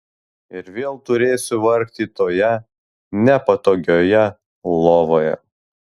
ir vėl turėsiu vargti toje nepatogiojoje lovoje